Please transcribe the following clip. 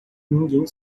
ninguém